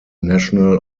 national